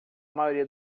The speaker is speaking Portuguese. maioria